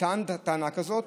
טען טענה כזאת,